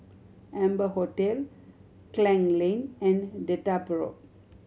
Amber Hotel Klang Lane and Dedap Road